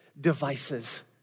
Devices